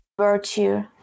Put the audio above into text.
virtue